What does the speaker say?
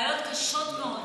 בעיות קשות מאוד.